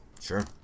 Sure